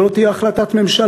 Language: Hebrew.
זו לא תהיה רק החלטת ממשלה,